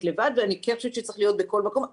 לבד ואני כן חושבת שצריך להיות בכל מקום,